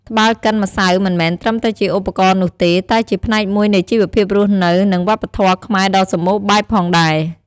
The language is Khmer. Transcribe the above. ត្បាល់កិនម្សៅមិនមែនត្រឹមតែជាឧបករណ៍នោះទេ តែជាផ្នែកមួយនៃជីវភាពរស់នៅ និងវប្បធម៌ខ្មែរដ៏សម្បូរបែបផងដែរ។